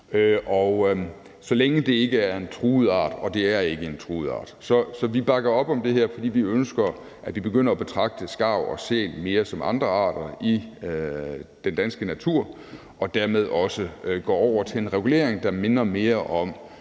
så længe det ikke er en truet art, og det er ikke en truet art. Så vi bakker op om det her, fordi vi ønsker, at man begynder at betragte skarver og sæler mere som andre arter i den danske natur, og at man dermed også går over til en regulering, der minder mere om,